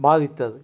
பாதித்தது